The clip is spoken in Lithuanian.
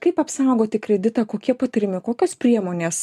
kaip apsaugoti kreditą kokie patarimai kokios priemonės